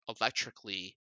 electrically